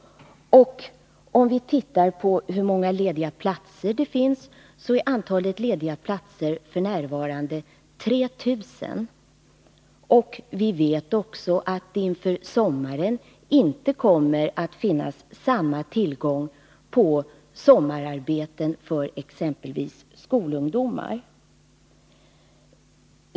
Vi kan ställa den siffran mot antalet lediga platser, som f. n. är 3 000. Vi vet också att det till sommaren inte kommer att finnas samma tillgång på sommararbeten som tidigare för exempelvis skolungdomar.